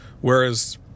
Whereas